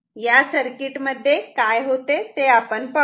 या सर्किटमध्ये काय होते ते आपण पाहू